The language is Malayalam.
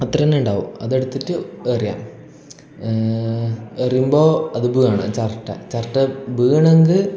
അത്ര തന്നെ ഉണ്ടാകും അതെടുത്തിട്ട് എറിയയുക എറിയുമ്പോൾ അത് ബീയണം ചിരട്ട ചിരട്ട ബീണങ്കി